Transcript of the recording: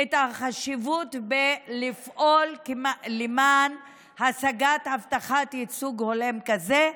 את החשיבות לפעול למען השגת הבטחת ייצוג הולם כזה.